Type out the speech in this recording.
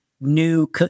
new